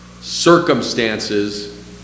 circumstances